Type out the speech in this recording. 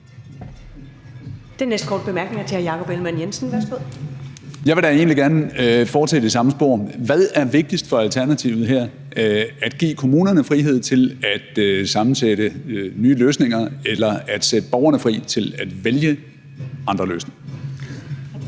Jeg vil da egentlig gerne fortsætte i samme spor. Hvad er vigtigst for Alternativet her: at give kommunerne frihed til at sammensætte nye løsninger, eller at sætte borgerne fri til at vælge andre løsninger?